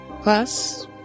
Plus